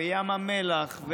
ים המלח,